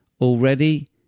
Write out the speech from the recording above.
Already